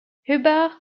hubbard